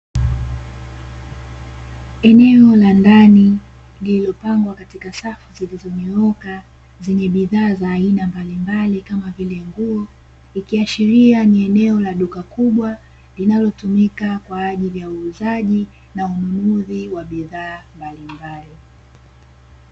Eneo la ndani lililopangwa katika safu zilizonyooka, zenye bidhaa za aina mbalimbali kama vile; nguo, ikiashiria ni eneo la duka kubwa, linalotumika kwa ajili ya uuzaji na ununuzi wa bidhaa mbalimbali.